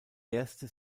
erste